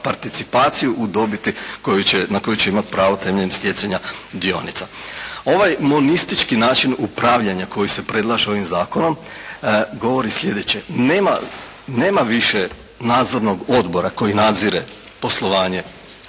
participaciju u dobiti koju će, na koju će imati pravo temeljem stjecanja dionica. Ovaj monistički način upravljanja koji se predlaže ovim Zakonom govori sljedeće. Nema više nadzornog odbora koji nadzire poslovanje